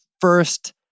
first